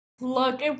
Look